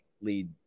lead